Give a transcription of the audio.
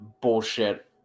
bullshit